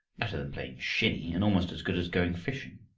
better than playing shinny, and almost as good as going fishing.